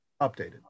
updated